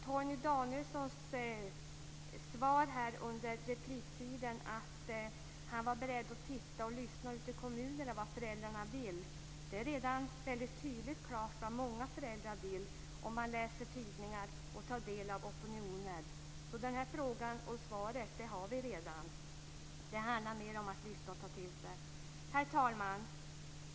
Torgny Danielsson svarade under replikskiftet att han var beredd att titta och lyssna i kommunerna på vad föräldrarna vill. Det står redan tydligt klart vad många föräldrar vill om man läser tidningar och tar del av opinioner. Frågan och svaret till den har vi redan. Det handlar mer om att lyssna och ta till sig. Herr talman!